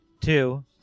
two